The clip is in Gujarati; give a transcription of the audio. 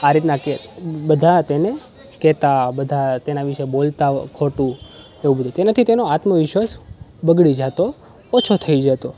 આ રીતના કહેતા બધા તેને કહેતા બધા તેના વિશે બોલતા ખોટું એવું બધું તેનાથી તેનો આત્મવિશ્વાસ બગડી જતો ઓછો થઈ જતો